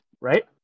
Right